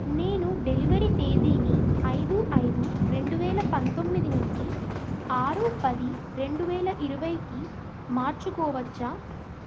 నేను డెలివరీ తేదీని ఐదు ఐదు రెండు వేల పంతొమ్మిది నుండి ఆరు పది రెండు వేల ఇరవైకి మార్చుకోవచ్చా